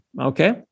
Okay